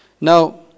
Now